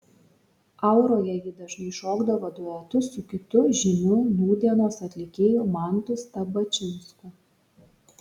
auroje ji dažnai šokdavo duetu su kitu žymiu nūdienos atlikėju mantu stabačinsku